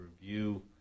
review